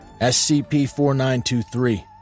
SCP-4923